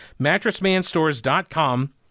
Mattressmanstores.com